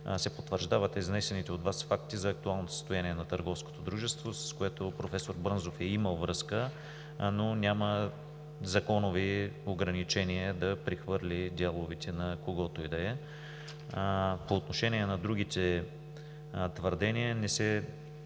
се потвърждават изнесените от Вас факти за актуалното състояние на търговското дружество, с което професор Брънзов е имал връзка, но няма законови ограничения да прехвърли дяловете на когото и да е. По отношение на другите твърдения не се